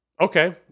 Okay